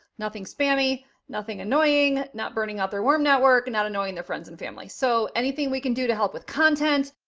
nothing spammy nothing annoying, not burning out their warm network, and not knowing their friends and family. so anything we can do to help with content,